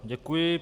Děkuji.